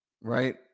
right